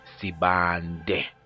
Sibande